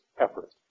effort